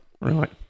Right